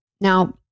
Now